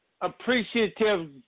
appreciative